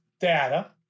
data